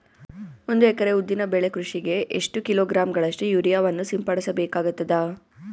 ಒಂದು ಎಕರೆ ಉದ್ದಿನ ಬೆಳೆ ಕೃಷಿಗೆ ಎಷ್ಟು ಕಿಲೋಗ್ರಾಂ ಗಳಷ್ಟು ಯೂರಿಯಾವನ್ನು ಸಿಂಪಡಸ ಬೇಕಾಗತದಾ?